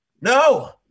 No